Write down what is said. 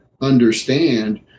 understand